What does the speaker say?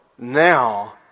Now